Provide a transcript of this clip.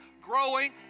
growing